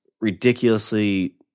ridiculously